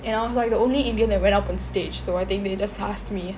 and I was like the only indian that went up on stage so I think they just asked me